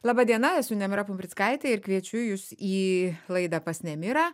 laba diena esu nemira pumprickaitė ir kviečiu jus į laidą pas nemirą